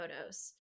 photos